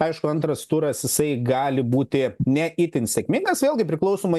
aišku antras turas jisai gali būti ne itin sėkmingas vėlgi priklausomai